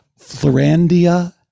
florandia